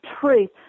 truth